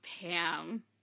Pam